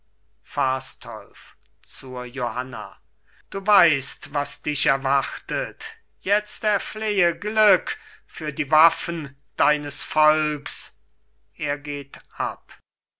fastolf zur johanna du weißt was dich erwartet jetzt erflehe glück für die waffen deines volks er geht ab